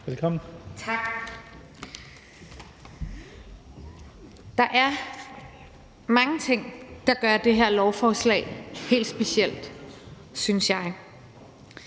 Der er mange ting, der gør det her lovforslag helt specielt, synes jeg.